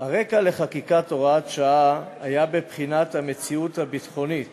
הרקע לחקיקת הוראת השעה היה בחינת המציאות הביטחונית